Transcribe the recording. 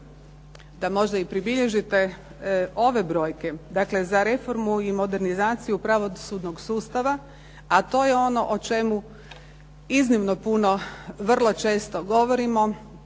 da možda i pribilježite ove brojke. Dakle, za reformu i modernizaciju pravosudnog sustava, a to je ono o čemu iznimno puno vrlo često govorimo